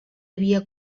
havia